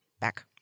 Back